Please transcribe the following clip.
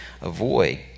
avoid